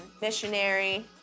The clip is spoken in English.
missionary